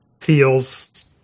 feels